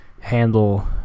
handle